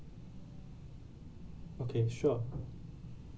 okay sure